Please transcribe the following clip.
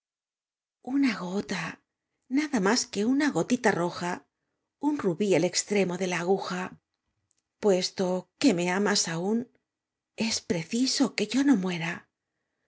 baja unagota nada más que unagotita roja un rubial extremo de la aguja puesto que me dmds aúd es preciso que yo no muera